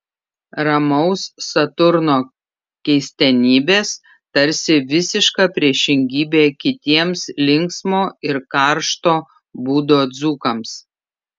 ramaus saturno keistenybės tarsi visiška priešingybė kitiems linksmo ir karšto būdo dzūkams